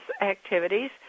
activities